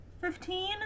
Fifteen